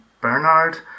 Bernard